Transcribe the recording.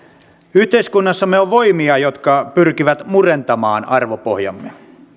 yhteiskunnassamme on voimia jotka pyrkivät murentamaan arvopohjamme